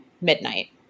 midnight